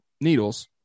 needles